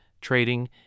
trading